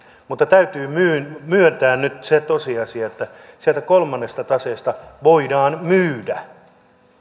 mutta täytyy myöntää nyt se tosiasia että sieltä kolmannesta taseesta voidaan myydä